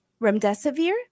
remdesivir